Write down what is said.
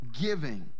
giving